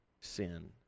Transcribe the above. sin